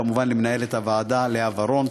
וכמובן למנהלת הוועדה לאה ורון.